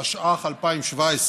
התשע"ח 2017,